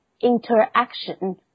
interaction